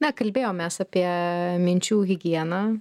na kalbėjomės apie minčių higieną